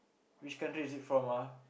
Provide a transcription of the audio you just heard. which country is it from ah